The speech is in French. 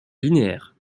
linéaire